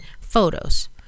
photos